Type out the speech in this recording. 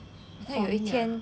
会有一天